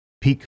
peak